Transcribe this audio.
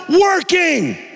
working